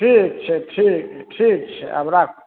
ठीक छै ठीक ठीक छै आब राखू